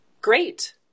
Great